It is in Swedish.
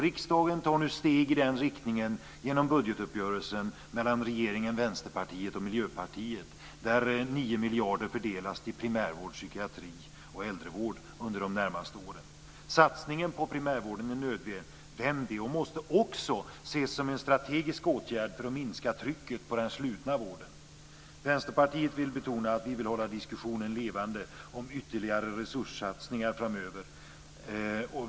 Riksdagen tar nu steg i den riktningen genom budgetuppgörelsen mellan regeringen, Vänsterpartiet och Miljöpartiet, där 9 miljarder fördelas till primärvård, psykiatri och äldrevård under de närmaste åren. Satsningen på primärvården är nödvändig och måste också ses som en strategisk åtgärd för att minska trycket på den slutna vården. Vänsterpartiet vill betona att vi vill hålla diskussionen levande om ytterligare resurssatsningar framöver.